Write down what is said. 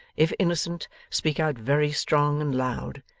if innocent, speak out very strong and loud,